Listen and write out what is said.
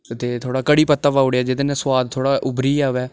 ते थोह्ड़ा कढ़ी पत्ता पाई ओड़ेआ जेह्दे नै सुआद थोह्ड़ा उब्भरी आवै